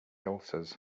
ulcers